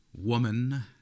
woman